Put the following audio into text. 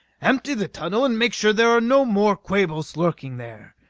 empty the tunnel and make sure there are no more quabos lurking there.